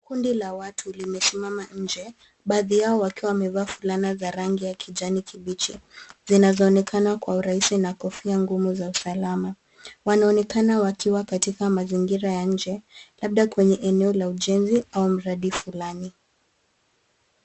Kundi la watu limesimama nje baadhi yao wakiwa wamevaa fulana za rangi ya kijani kibichi zinazoonekana kwa urahisi na kofia ngumu za usalama. Wanaonekana wakiwa katika mazingira ya nje labda kwenye eneo la ujenzi au mradi fulani.